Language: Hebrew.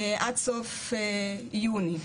עד סוף יוני.